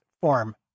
form